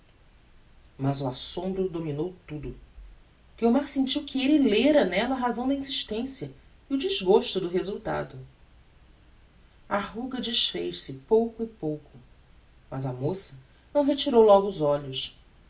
mas o assombro dominou tudo guiomar sentiu que elle lera nella a razão da insistencia e o desgosto do resultado a ruga desfez se a pouco e pouco mas a moça não retirou logo os olhos